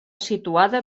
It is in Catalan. situada